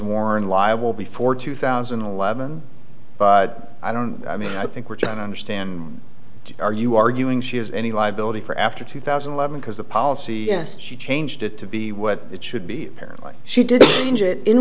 warren liable before two thousand and eleven but i don't i mean i think we're trying to understand are you arguing she has any liability for after two thousand and eleven because the policy yes she changed it to be what it should be apparently she did